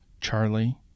Charlie